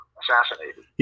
assassinated